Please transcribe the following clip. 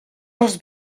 dels